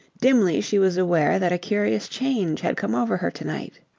dimly she was aware that a curious change had come over her to-night.